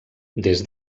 des